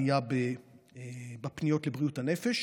עלייה בפניות לבריאות הנפש.